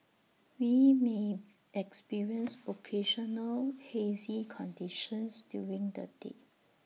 we may experience occasional hazy conditions during the day